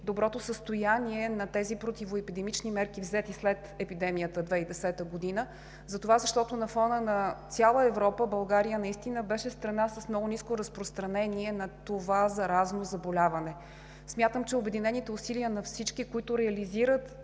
доброто състояние на тези противоепидемични мерки, взети след епидемията 2010 г., защото на фона на цяла Европа България наистина беше страна с много ниско разпространение на това заразно заболяване. Смятам, че обединените усилия на всички, които реализират